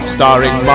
Starring